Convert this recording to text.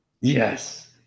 yes